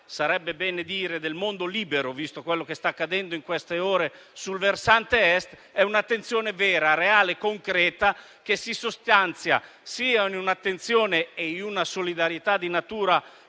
sarebbe bene dire del mondo libero, visto quello che sta accadendo in queste ore sul versante Est - è vera, reale e concreta e si sostanzia sia in un'attenzione e in una solidarietà di natura